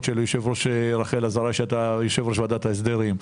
של רחל עזריה שהייתה יושבת ראש ועדת ההסדרים,